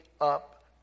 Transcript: up